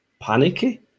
panicky